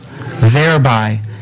thereby